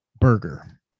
burger